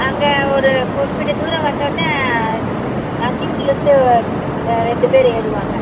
அங்கே ஒரு குறிப்பிட்ட தூரம் வந்தோன்னே அந்தியூரிலேருந்து ரெண்டு பேர் ஏறுவாங்க